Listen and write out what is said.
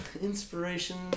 Inspiration